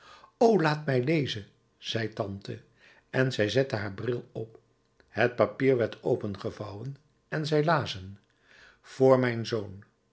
o laat mij lezen zei tante en zij zette haar bril op het papier werd opengevouwen en zij lazen voor mijn zoon